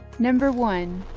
number one.